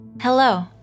Hello